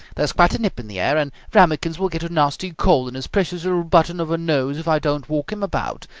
there's quite a nip in the air, and rammikins will get a nasty cold in his precious little button of a nose if i don't walk him about.